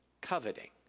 coveting